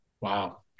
Wow